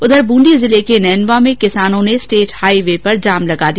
उधर ब्रंदी जिले के नैनवा में किसानों ने स्टेट हाईवे पर जाम लगा दिया